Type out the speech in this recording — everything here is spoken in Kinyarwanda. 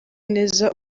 neza